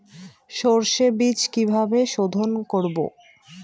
সর্ষে বিজ কিভাবে সোধোন করব?